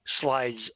slides